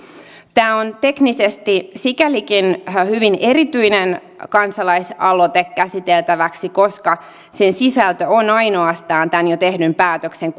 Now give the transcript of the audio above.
tämä on teknisesti sikälikin hyvin erityinen kansalaisaloite käsiteltäväksi että sen sisältö on ainoastaan tämän jo tehdyn päätöksen